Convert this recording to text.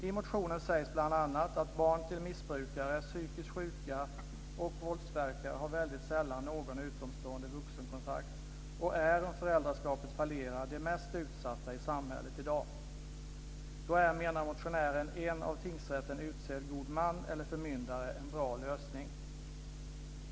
I motionen sägs bl.a. att barn till missbrukare, psykiskt sjuka och våldsverkare väldigt sällan har någon utomstående vuxenkontakt och är, om föräldraskapet fallerar, de mest utsatta i samhället i dag. Då är, menar motionären, en av tingsrätten utsedd god man eller förmyndare en bra lösning.